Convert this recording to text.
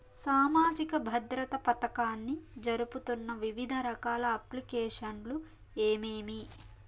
సామాజిక భద్రత పథకాన్ని జరుపుతున్న వివిధ రకాల అప్లికేషన్లు ఏమేమి?